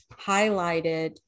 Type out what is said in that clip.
highlighted